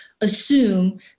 assume